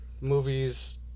movies